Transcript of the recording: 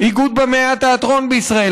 איגוד במאי התיאטרון בישראל,